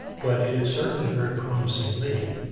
but it's certainly a very promising lead.